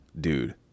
Dude